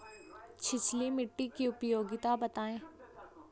छिछली मिट्टी की उपयोगिता बतायें?